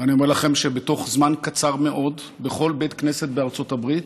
ואני אומר לכם שבתוך זמן קצר מאוד בכל בית כנסת בארצות הברית